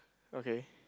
okay